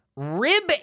Rib